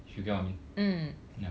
you get what I mean ya